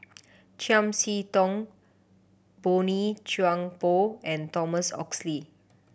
Chiam See Tong Boey Chuan Poh and Thomas Oxley